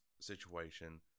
situation